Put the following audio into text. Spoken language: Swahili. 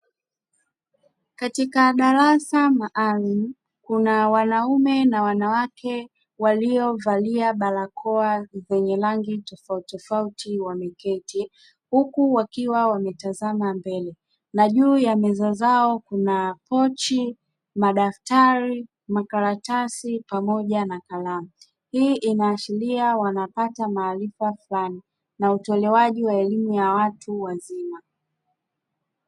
Katika darasa maalum kuna wanaume na wanawake waliovalia barakoa zenye rangi tofauti tofauti wameketi huku wakiwa wametazama mbele na juu ya meza zao kuna pochi, madaktari, makaratasi pamoja na kalamu hii inaashiria wanapata maarifa fulani na utolewaji wa elimu ya watu wazima.